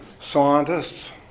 scientists